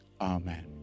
Amen